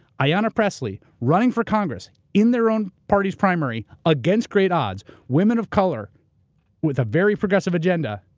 ah yeah ayanna pressley, running for congress in their own party's primary, against great odds. women of color with a very progressive agenda,